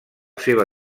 seva